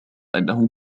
أنه